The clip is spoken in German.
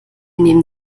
nehmen